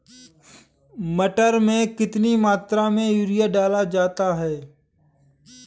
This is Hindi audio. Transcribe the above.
मटर में कितनी मात्रा में यूरिया डाला जाता है?